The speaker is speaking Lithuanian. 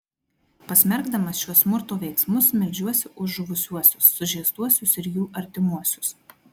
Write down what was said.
pasmerkdamas šiuos smurto veiksmus meldžiuosi už žuvusiuosius sužeistuosius ir jų artimuosius